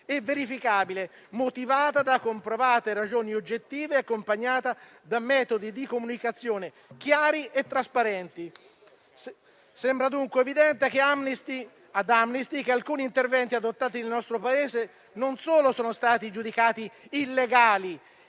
e verificabile, motivata da comprovate ragioni oggettive e accompagnata da metodi di comunicazione chiari e trasparenti. Sembra dunque evidente che da Amnesty alcuni interventi adottati dal nostro Paese non solo sono stati giudicati illegali,